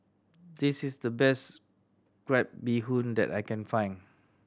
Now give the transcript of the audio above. this is the best crab bee hoon that I can find